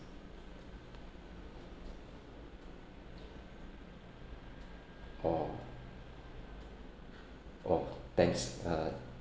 oh oh thanks uh